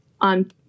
on